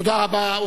תודה רבה.